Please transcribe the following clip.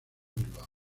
bilbao